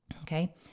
Okay